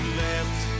left